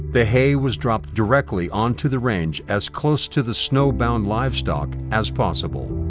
the hay was dropped directly onto the range as close to the snowbound livestock as possible.